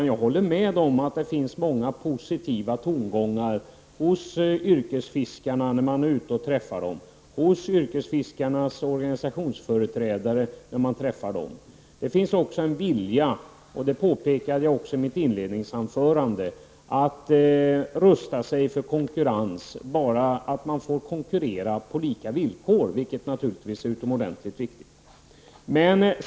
Jag håller med om att det finns många positiva tongångar hos yrkesfiskarna och yrkesfiskarnas organisationsföreträdare när man talar med dem. Det finns också en vilja — vilket jag påpekade i mitt inledningsanförande — att rusta sig för konkurrens under förutsättning att man får konkurrera på lika villkor, vilket naturligtvis är utomordentligt viktigt.